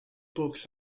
books